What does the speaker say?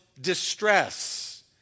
distress